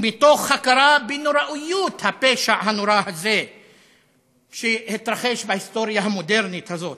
ומתוך הכרה בנוראיות הפשע הנורא הזה שהתרחש בהיסטוריה המודרנית הזאת,